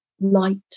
light